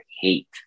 hate